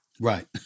Right